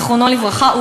זכרו לברכה,